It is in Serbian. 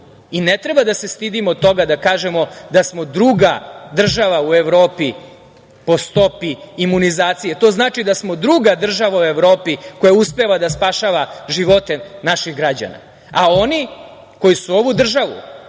treba da se stidimo toga da kažemo da smo druga država u Evropi po stopi imunizacije. To znači da smo druga država u Evropi koja uspeva da spašava živote naših građana. A oni koji su ovu državu